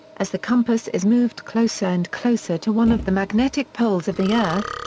as the compass is moved closer and closer to one of the magnetic poles of the earth,